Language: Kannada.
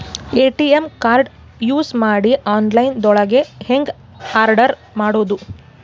ಎ.ಟಿ.ಎಂ ಕಾರ್ಡ್ ಯೂಸ್ ಮಾಡಿ ಆನ್ಲೈನ್ ದೊಳಗೆ ಹೆಂಗ್ ಆರ್ಡರ್ ಮಾಡುದು?